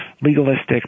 legalistic